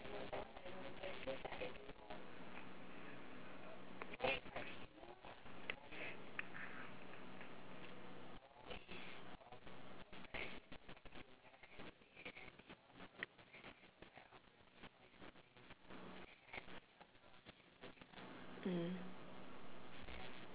mm